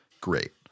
great